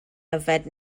yfed